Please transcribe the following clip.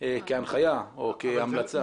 כהנחיה או כהמלצה.